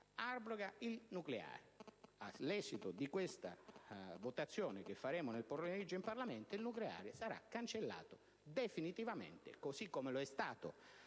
energia, il nucleare. All'esito della votazione che faremo nel pomeriggio in Parlamento, il nucleare sarà cancellato definitivamente, così come lo è stato